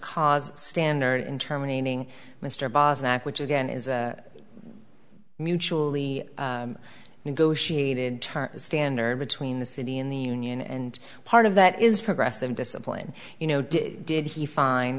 cause standard in terminating mr bosniak which again is a mutually negotiated term standard between the city in the union and part of that is progressive discipline you know did did he find